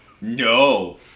no